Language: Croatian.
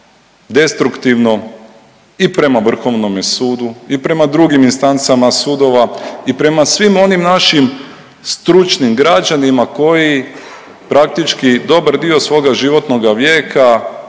i prema Vrhovnome sudu i prema drugim instancama sudova i prema svim onim našim stručnim građanima koji praktički dobar dio svoga životnoga vijeka